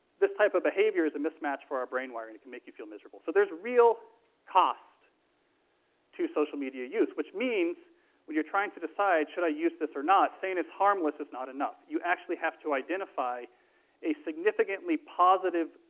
this type of behavior is a mismatch for our brain wiring and can make you feel miserable. so there's real cost to social media use which means when you're trying to decide, should i use this or not, saying it's harmless is not enough. you actually have to identify a significantly positive,